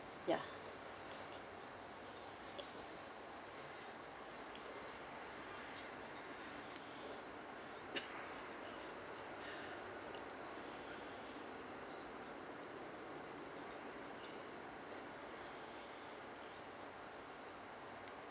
ya